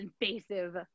invasive